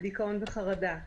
בדיכאון וחרדה.